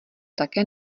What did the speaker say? také